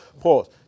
Pause